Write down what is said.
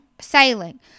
sailing